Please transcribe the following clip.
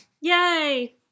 yay